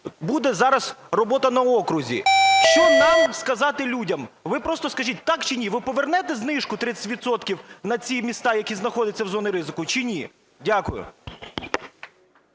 буде зараз робота на окрузі. Що нам сказати людям? Ви просто скажіть – так чи ні. Ви повернете знижку 30 відсотків на ці міста, які знаходяться в зоні ризику, чи ні? Дякую.